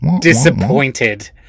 disappointed